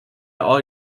all